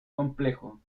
complejo